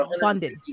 funded